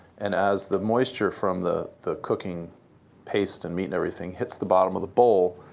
and as the moisture from the the cooking paste and meat and everything, hits the bottom of the bowl,